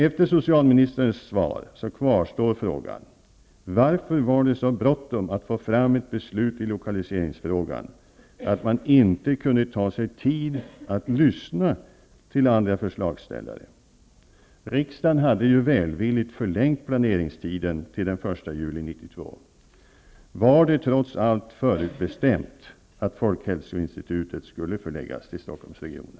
Efter socialministerns svar kvarstår frågan: Varför var det så bråttom att få fram ett beslut i lokaliseringsfrågan, att man inte kunde ta sig tid att lyssna till olika förslagställare? Riksdagen hade ju välvilligt förlängt planeringstiden till den 1 juli 1992. Var det trots allt förutbestämt att folkhälsoinstitutet skulle förläggas till Stockholmsregionen?